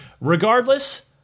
Regardless